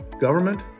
government